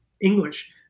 English